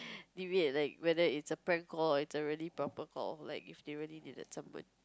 deviate like whether is a prank call or is really a proper call like if they really needed someone